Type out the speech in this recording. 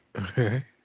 Okay